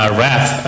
wrath